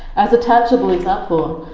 as a tangible example,